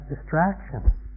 distraction